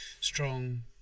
strong